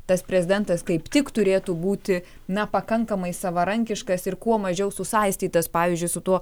tas prezidentas kaip tik turėtų būti na pakankamai savarankiškas ir kuo mažiau susaistytas pavyzdžiui su tuo